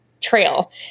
trail